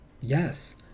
yes